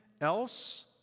else